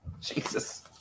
Jesus